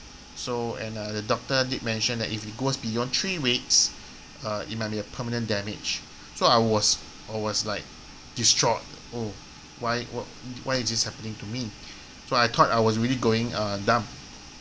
so and uh doctor did mention that if it goes beyond three weeks uh it might be a permanent damage so I was I was like distraught oh why wh~ why is this happening to me so I thought I was really going uh dumb